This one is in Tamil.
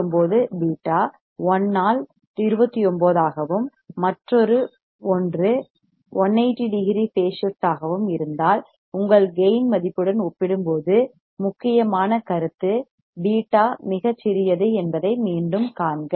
29 β 1 ஆல் 29 ஆகவும் மற்றொரு 1 180 டிகிரியின் பேஸ் ஷிப்ட் ஆகவும் இருந்தால் உங்கள் கேயின் மதிப்புடன் ஒப்பிடும்போது முக்கியமான கருத்து β மிகச் சிறியது என்பதை மீண்டும் காண்க